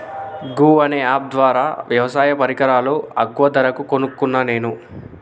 గూ అనే అప్ ద్వారా వ్యవసాయ పరికరాలు అగ్వ ధరకు కొనుకున్న నేను